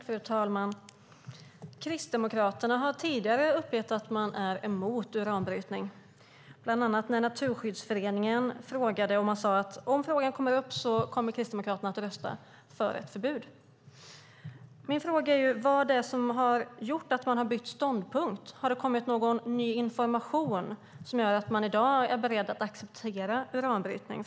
Fru talman! Kristdemokraterna har tidigare uppgett att man är emot uranbrytning, bland annat när Naturskyddsföreningen frågade. Då sade man att om frågan skulle komma upp skulle Kristdemokraterna rösta för ett förbud. Min fråga är: Vad är det som har gjort att ni har bytt ståndpunkt? Har det kommit någon ny information som gör att Kristdemokraterna i dag är beredda att acceptera uranbrytning?